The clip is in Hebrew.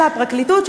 אלא הפרקליטות,